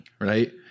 Right